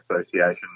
association